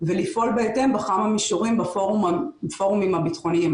ולפעול בהתאם בכמה מישורים בפורומים הביטחוניים.